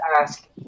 ask